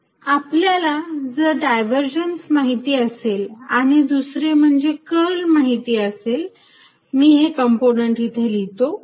Divergence ExδxEyδyEzδz आपल्याला जर divergence माहिती असेल आणि दुसरे म्हणजे कर्ल माहिती असेल मी हे कंपोनेंट येथे लिहितो